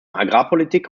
agrarpolitik